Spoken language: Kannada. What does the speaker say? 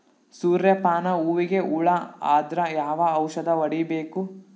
ಸೂರ್ಯ ಪಾನ ಹೂವಿಗೆ ಹುಳ ಆದ್ರ ಯಾವ ಔಷದ ಹೊಡಿಬೇಕು?